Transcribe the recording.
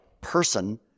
Person